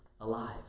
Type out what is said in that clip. alive